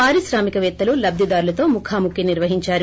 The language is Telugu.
పారిశ్రామికపేత్తలు లబ్దిదారులతో ముఖాముఖి నిర్వహించారు